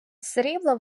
срібло